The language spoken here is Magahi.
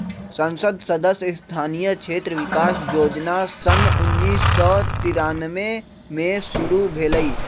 संसद सदस्य स्थानीय क्षेत्र विकास जोजना सन उन्नीस सौ तिरानमें में शुरु भेलई